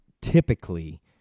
typically